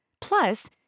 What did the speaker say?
plus